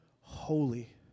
holy